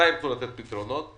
מתי ירצו לתת פתרונות?